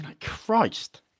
Christ